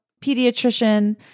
pediatrician